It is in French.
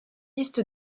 liste